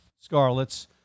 Scarlets